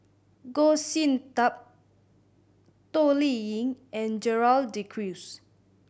Goh Sin Tub Toh Liying and Gerald De Cruz